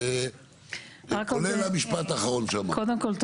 כולל המשפט האחרון שאמרתי.